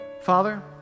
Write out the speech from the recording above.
Father